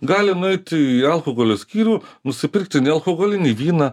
gali nueiti į alkoholio skyrių nusipirkti nealkoholinį vyną